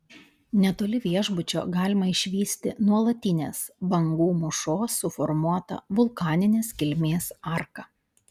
netoli viešbučio galima išvysti nuolatinės bangų mūšos suformuotą vulkaninės kilmės arką